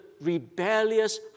rebellious